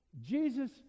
Jesus